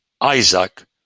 isaac